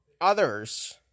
others